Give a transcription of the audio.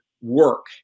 work